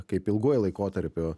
kaip ilguoju laikotarpiu